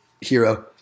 hero